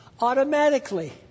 automatically